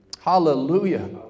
Hallelujah